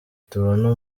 tubona